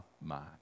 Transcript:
mind